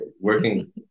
working